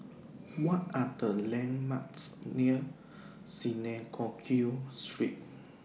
What Are The landmarks near Synagogue Street